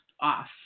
off